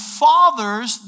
fathers